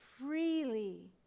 freely